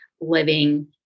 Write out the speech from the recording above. living